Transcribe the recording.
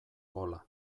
gola